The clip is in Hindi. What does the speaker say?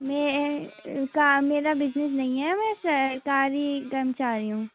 मैं उसका मेरा बिजनेस नहीं है मैं सरकारी कर्मचारी हूँ